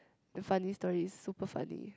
and funny stories super funny